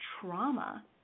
trauma